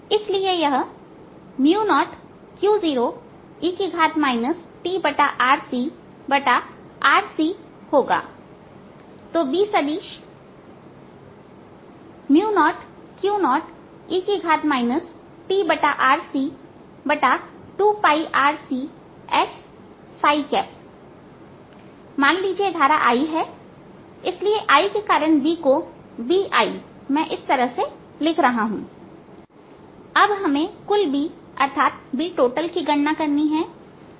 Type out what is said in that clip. इसलिए यह 0Q0e tRCRCB2S होगा तो Bसदिश 0Q0e tRC2RCs मान लीजिए धारा I इसलिए I के कारण B को BI मैं इसे इस तरह से लिख रहा हूं अब हमें कुल B अर्थात B total की गणना करनी है